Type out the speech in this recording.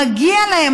מגיע להם.